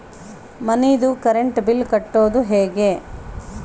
ಮನಿದು current bill ಕಟ್ಟೊದು ಹೇಗೆ?